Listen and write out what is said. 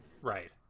Right